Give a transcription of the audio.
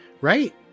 Right